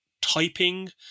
typing